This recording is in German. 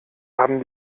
haben